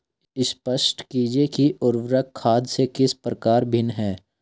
स्पष्ट कीजिए कि उर्वरक खाद से किस प्रकार भिन्न है?